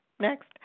next